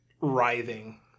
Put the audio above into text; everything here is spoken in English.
writhing